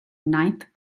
ninth